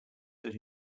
that